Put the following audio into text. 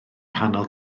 nghanol